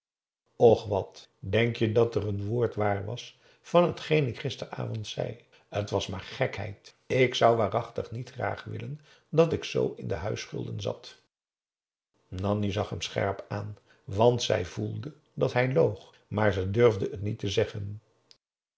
och wat denk je dat er een woord waar was van hetgeen ik gisteravond zei t was maar gekheid ik zou waarachtig niet graag willen dat ik z in de huisschulden zat nanni zag hem scherp aan want zij voelde dat hij loog maar ze durfde t niet zeggen